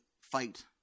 fight